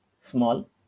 small